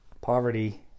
poverty